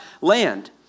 land